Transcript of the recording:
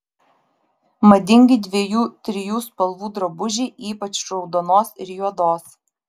madingi dviejų trijų spalvų drabužiai ypač raudonos ir juodos